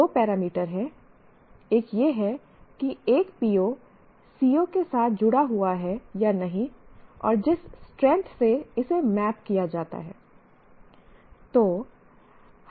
दो पैरामीटर हैं एक यह है कि एक PO CO के साथ जुड़ा हुआ है या नहीं और जिस स्ट्रैंथ से इसे मैप किया जाता है